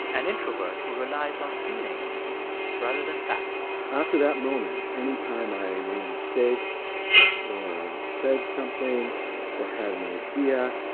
an introvert who relies on feelings rather than facts after that moment, any time i made a mistake or i said something or had an idea,